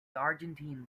argentine